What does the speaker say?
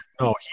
No